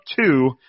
two